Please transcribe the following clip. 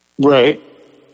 Right